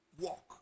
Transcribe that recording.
walk